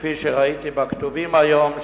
שכפי שראיתי בכתובים היום,